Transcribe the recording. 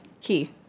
key